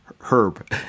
Herb